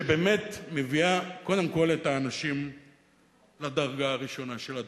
שבאמת מביאה קודם כול את האנשים לדרגה הראשונה של הדברים.